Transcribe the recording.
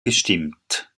gestimmt